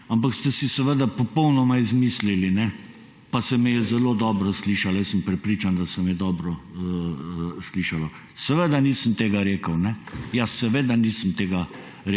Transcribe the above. Ampak ste si to popolnoma izmislili, pa se me je zelo dobro slišalo. Jaz sem prepričan, da se me je dobro slišalo. Seveda nisem tega rekel. Ja, seveda nisem tega